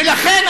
ולכן,